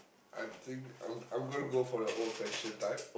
I think I'm I'm gonna go for the old-fashioned type